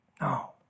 No